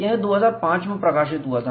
यह 2005 में प्रकाशित हुआ था